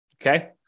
Okay